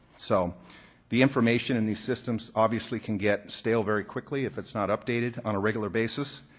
so the information in these systems obviously can get stale very quickly if it's not updated on a regular basis.